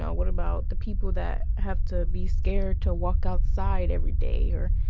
what about the people that have to be scared to walk outside every day or,